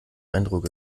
eindruck